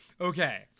Okay